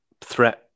threat